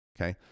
okay